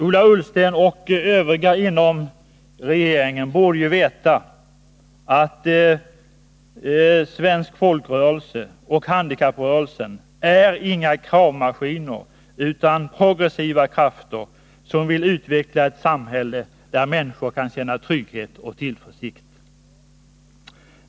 Ola Ullsten och övriga inom regeringen borde ju veta att svenska folkrörelser och handikapprörelsen inte är några kravmaskiner utan progressiva krafter, som vill utveckla ett samhälle där människor kan känna trygghet och tillförsikt.